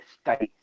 states